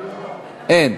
אין.